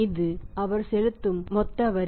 இது அவர் செலுத்தும் செலுத்தும் மொத்த வரி